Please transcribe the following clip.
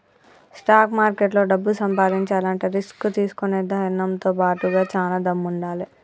stock మార్కెట్లో డబ్బు సంపాదించాలంటే రిస్క్ తీసుకునే ధైర్నంతో బాటుగా చానా దమ్ముండాలే